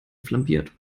flambiert